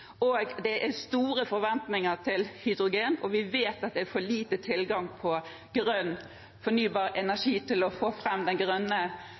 og det er store forventninger til hydrogen. Vi vet at det er for liten tilgang på grønn fornybar energi til å få fram det grønne